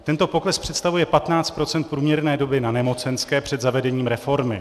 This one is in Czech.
Tento pokles představuje 15 % průměrné doby na nemocenské před zavedením reformy.